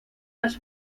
las